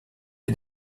est